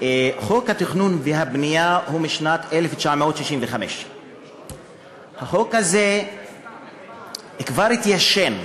התכנון והבנייה הוא משנת 1965. החוק הזה כבר התיישן.